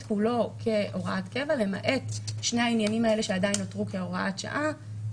כולו כהוראת קבע למעט שני העניינים האלה שעדיין נותרו כהוראת שעה,